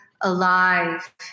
alive